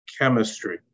chemistry